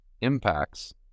impacts